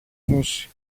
δώσει